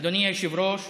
אדוני היושב-ראש,